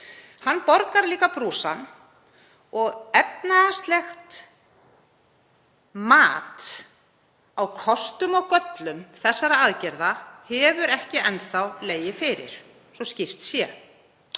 Hann borgar líka brúsann og efnahagslegt mat á kostum og göllum þessara aðgerða hefur ekki enn þá legið fyrir svo skýrt sé.